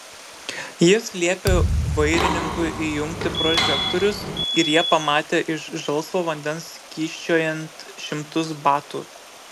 jis liepė vairininkui įjungti prožektorius ir jie pamatė iš žalsvo vandens kyščiojant šimtus batų